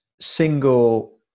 single